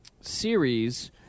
series